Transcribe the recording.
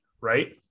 Right